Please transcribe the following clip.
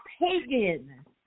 pagan